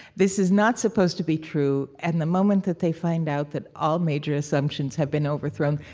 this is not supposed to be true and the moment that they find out that all major assumptions have been overthrown,